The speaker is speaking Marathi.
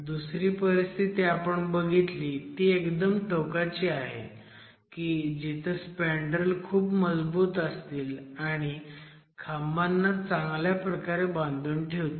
दुसरी परिस्थिती आपण बघितली ती एकदम टोकाची आहे की जिथं स्पॅन्डरेल खूप मजबूत असतील आणि खांबांना चांगल्या प्रकारे बांधून ठेवतील